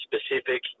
specific